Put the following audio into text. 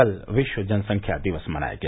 कल विश्व जनसंख्या दिवस मनाया गया